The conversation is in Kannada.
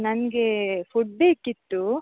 ನನಗೆ ಫುಡ್ ಬೇಕಿತ್ತು